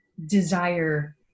desire